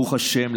ברוך השם,